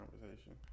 conversation